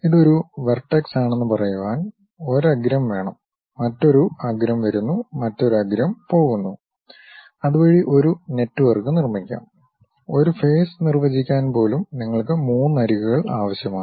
ഇത് ഒരു വെർടെക്സ് ആണെന്ന് പറയുവാൻ ഒരു അഗ്രം വേണംമറ്റൊരു അഗ്രം വരുന്നു മറ്റൊരു അഗ്രം പോകുന്നു അതുവഴി ഒരു നെറ്റ്വർക്ക് നിർമ്മിക്കാം ഒരു ഫേസ് നിർവചിക്കാൻ പോലും നിങ്ങൾക്ക് 3 അരികുകൾ ആവശ്യമാണ്